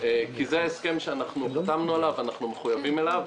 כי זה ההסכם שאנחנו חתמנו עליו ואנחנו מחויבים אליו.